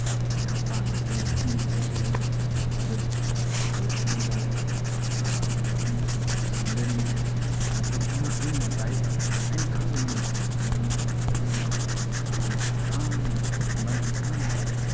ꯇꯥꯛꯄꯁꯦ ꯌꯥꯝ ꯄꯥꯝꯃꯦ ꯑꯗꯨꯒꯤ ꯃꯇꯨꯡ ꯏꯟꯅ ꯑꯩꯁꯤ ꯍꯧꯖꯤꯛ ꯑꯦꯗꯦꯠ ꯀꯣꯂꯦꯖ ꯑꯃꯗ ꯑꯗꯨꯝ ꯄꯨꯁꯟꯖꯔꯤ ꯃꯁꯤꯗ ꯑꯉꯥꯡ ꯑꯩꯅ ꯇꯥꯛꯏꯕ ꯑꯩꯅ ꯈꯪꯖꯕ ꯅꯣꯂꯦꯖ ꯁꯤꯡꯁꯦ ꯑꯉꯥꯡꯁꯤꯡꯁꯦ ꯐꯖꯅ ꯃꯀꯨꯞ ꯇꯥꯅ ꯃꯔꯝ ꯆꯥꯅ ꯇꯥꯛꯑꯦ